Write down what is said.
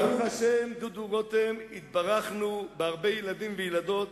ברוך השם, דודו רותם, התברכנו בהרבה ילדים וילדות,